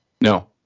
No